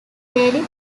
daily